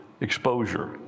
exposure